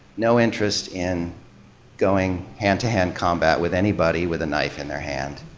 no interest in going hand-to-hand combat with anybody with a knife in their hand,